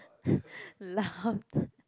laughed